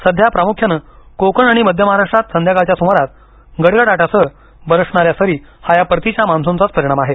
सध्या प्रामुख्यानं कोकण आणि मध्य महाराष्ट्रात संध्याकाळच्या सुमारास गडगडाटासह बरसणाऱ्या सरी हा या परतीच्या मान्सूनचा परिणाम आहे